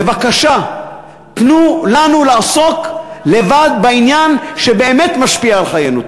בבקשה תנו לנו לעסוק לבד בעניין שבאמת משפיע על חיינו.